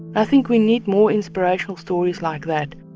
i think we need more inspirational stories like that